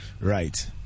Right